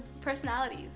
personalities